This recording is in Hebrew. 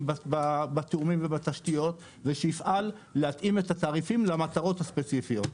בתיאומים ובתשתיות ושיפעל להתאים את התעריפים למטרות הספציפיות.